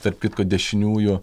tarp kitko dešiniųjų